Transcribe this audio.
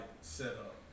setup